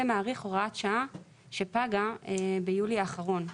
מאריך הוראת שעה שפגה ביולי האחרון.